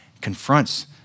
confronts